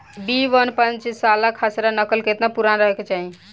B one और पांचसाला खसरा नकल केतना पुरान रहे के चाहीं?